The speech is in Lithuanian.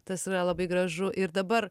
tas yra labai gražu ir dabar